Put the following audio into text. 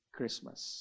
Christmas